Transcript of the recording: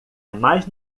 mais